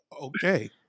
Okay